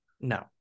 No